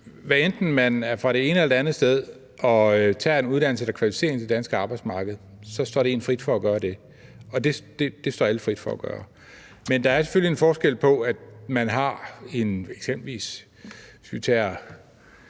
hvad enten man er fra det ene eller det andet sted, og man tager en uddannelse, der kvalificerer en til det danske arbejdsmarked, så står det en frit for at gøre det, og det står alle frit for at gøre det. Hvis vi tager det store